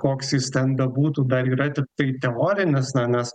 koks jis ten bebūtų dar yra tiktai teorinis na nes